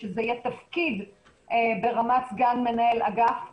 שזה יהיה תפקיד ברמת סגן מנהל אגף ומעלה,